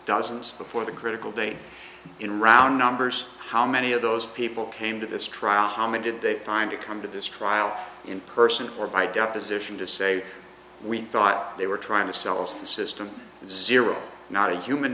dozens before the critical day in round numbers how many of those people came to this trial how many did that time to come to this trial in person or by deposition to say we thought they were trying to sell us the system zero not a human